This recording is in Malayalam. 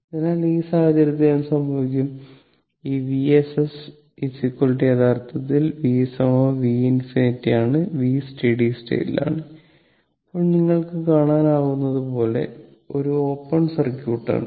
അതിനാൽ ആ സാഹചര്യത്തിൽ എന്ത് സംഭവിക്കും ഈ Vss യഥാർത്ഥത്തിൽ V V∞ ആണ് v സ്റ്റഡി സ്റ്റേറ്റ്ലാണ് ഇപ്പോൾ നിങ്ങൾക്ക് കാണാനാകുന്നതുപോലെ ഇത് ഒരു ഓപ്പൺ സർക്യൂട്ട് ആണ്